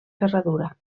ferradura